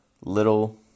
little